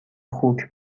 خوک